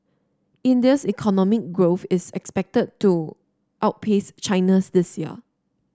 India's economic growth is expected to outpace China's this year